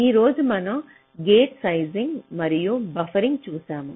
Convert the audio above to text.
ఈ రోజు మనం గేట్ సైజింగ్ మరియు బఫరింగ్ చూశాము